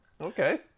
Okay